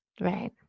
Right